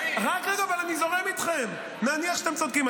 אבל אני זורם איתכם: נניח שאתם צודקים,